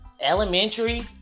elementary